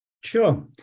Sure